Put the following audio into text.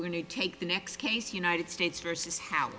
and you take the next case united states versus how